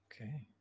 Okay